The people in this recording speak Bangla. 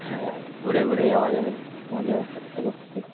হ্যাঁ ঘুরে ঘুরে যাওয়া যাবে মজাও করতে করতে